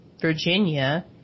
Virginia